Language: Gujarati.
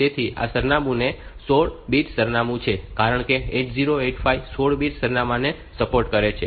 તેથી આ સરનામું એ 16 બીટ સરનામું છે કારણ કે 8085 16 બીટ સરનામાંને સપોર્ટ કરે છે